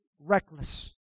reckless